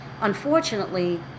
Unfortunately